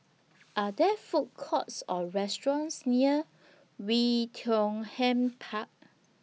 Are There Food Courts Or restaurants near Oei Tiong Ham Park